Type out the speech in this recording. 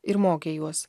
ir mokė juos